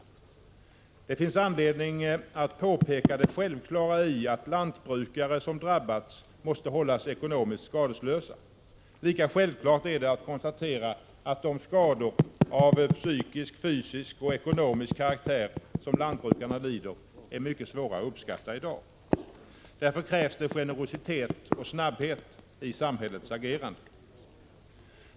Det finns anledning att påpeka det självklara i att lantbrukare som drabbats måste hållas ekonomiskt skadeslösa. Lika självklart är det att konstatera att de skador av psykisk, fysisk och ekonomisk karaktär som lantbrukarna lider är mycket svåra att uppskatta i dag. Därför krävs det generositet och snabbhet i samhällets agerande.